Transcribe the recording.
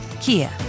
Kia